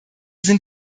sind